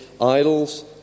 idols